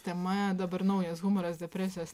tema dabar naujas humoras depresijos